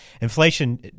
inflation